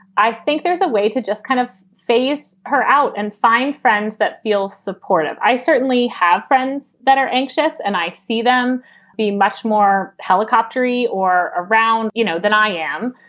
i think there's a way to just kind of face her out and find friends that feel supportive. i certainly have friends that are anxious and i see them being much more helicopter free or around, you know, than i am.